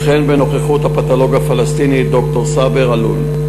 וכן בנוכחות הפתולוג הפלסטיני ד"ר סאבר אלעלול.